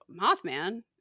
Mothman